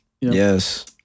Yes